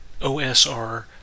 OSR